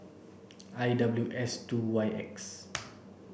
I W S two Y X